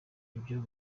ivyo